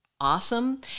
awesome